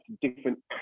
different